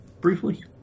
briefly